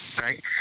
Right